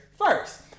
first